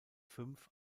fünf